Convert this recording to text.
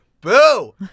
Boo